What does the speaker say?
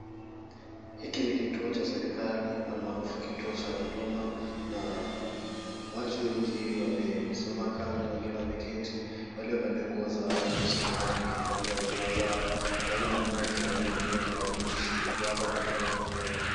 Hiki ni kituo cha serikali almarufu kituo cha huduma na watu wengi wamesimama kando wengine wameketi waliovalia nguo za rangi ya samawati kufanyia huduma zao. Kunao mmoja anayetumia tarakilishi kuwapa huduma zenyewe.